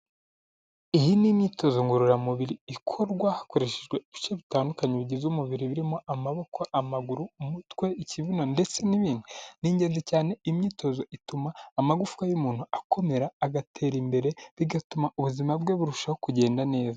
Iyi ni imyitozo ngororamubiri ikorwa hakoreshejwe ibice bitandukanye bigize umubiri birimo amaboko amaguru umutwe ikibuno ndetse n'ibindi ni ingenzi cyane imyitozo ituma amagufwa y'umuntu akomera agatera imbere bigatuma ubuzima bwe burushaho kugenda neza .